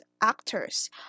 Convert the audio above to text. actors